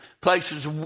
places